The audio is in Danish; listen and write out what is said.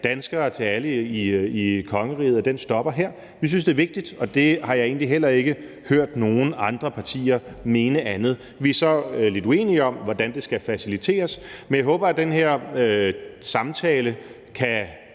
danskere, til alle i kongeriget, stopper her. Vi synes, det er vigtigt, og jeg har egentlig heller ikke hørt nogen andre partier mene andet. Vi er så lidt uenige om, hvordan det skal faciliteres. Men jeg håber, at den her samtale kan